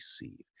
receive